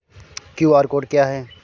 QR code क्या है?